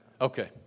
Okay